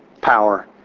power